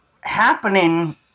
happening